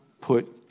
put